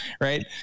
right